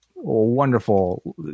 wonderful